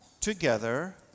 together